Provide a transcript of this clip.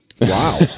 Wow